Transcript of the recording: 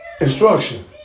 Instruction